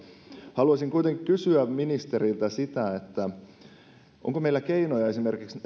haluaisin kuitenkin kysyä ministeriltä onko meillä keinoja esimerkiksi